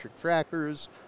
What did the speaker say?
trackers